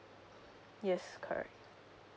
yes correct